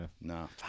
no